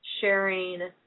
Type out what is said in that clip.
sharing